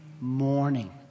morning